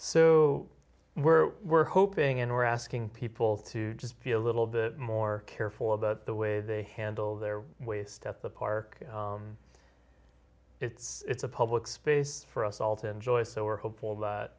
so we're we're hoping and we're asking people to just be a little bit more careful about the way they handle their waste at the park it's a public space for us all to enjoy so we're hopeful